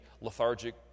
lethargic